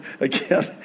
again